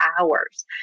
hours